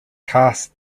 cast